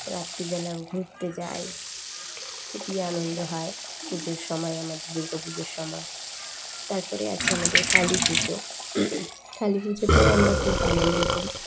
রাত্রিবেলাও ঘুরতে যাই খুবই আনন্দ হয় পুজোর সময় আমাদের দুর্গা পুজোর সময় তারপরে আছে আমাদের কালী পুজো কালী পুজোতেও আমরা খুব আনন্দ করি